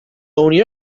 unió